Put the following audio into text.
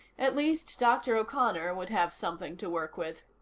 at least dr. o'connor would have something to work with.